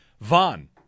Vaughn